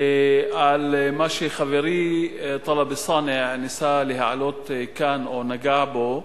על מה שחברי טלב אלסאנע ניסה להעלות כאן או נגע בו,